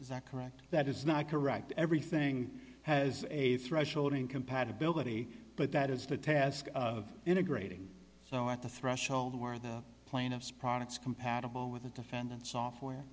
is that correct that is not correct everything has a threshold in compatibility but that is the task of integrating so at the threshold where the plaintiffs products compatible with the defendant software